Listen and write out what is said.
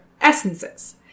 Essences